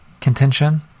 contention